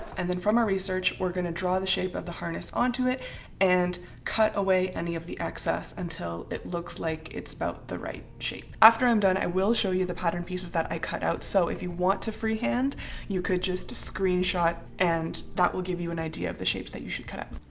and then from our research, we're gonna draw the shape of the harness onto it and cut away any of the excess until it looks like it's about the right shape. after i'm done i will show you the pattern pieces that i cut out so if you want to freehand you could just screenshot and that will give you an idea of the shapes that you should cut out.